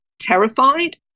terrified